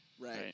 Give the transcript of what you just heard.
Right